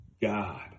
God